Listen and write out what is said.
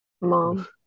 Mom